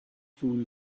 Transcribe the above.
food